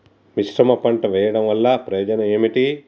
మిశ్రమ పంట వెయ్యడం వల్ల ప్రయోజనం ఏమిటి?